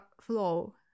flow